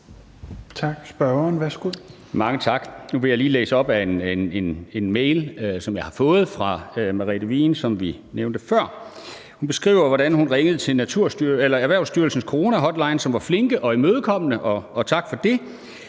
Hansen (KF): Mange tak. Nu vil jeg lige læse op af en mail, som jeg har fået fra Merete Vigen, som vi nævnte før. Hun beskriver, hvordan hun ringede til Erhvervsstyrelsens coronahotline, hvor de var flinke og imødekommende – og tak for det.